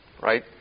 right